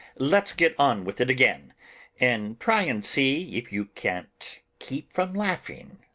let's get on with it again and try and see if you can't keep from laughing.